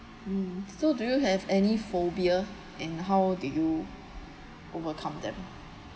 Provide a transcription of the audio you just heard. mm so do you have any phobia and how did you overcome them